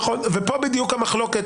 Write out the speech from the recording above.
נכון, ופה בדיוק המחלוקת.